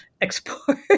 export